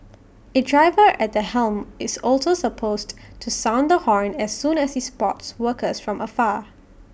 A driver at the helm is also supposed to sound the horn as soon as he spots workers from afar